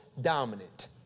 dominant